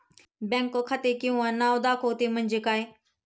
Bank खाते किंवा नाव दाखवते म्हणजे काय?